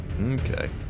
okay